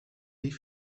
die